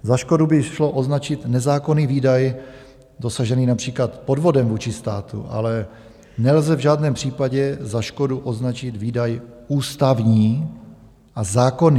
Za škodu by šlo označit nezákonný výdaj dosažený například podvodem vůči státu, ale nelze v žádném případě za škodu označit výdaj ústavní a zákonný.